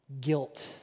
guilt